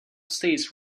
states